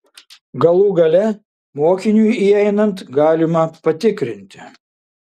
galų gale mokiniui įeinant galima patikrinti